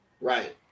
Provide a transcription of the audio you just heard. Right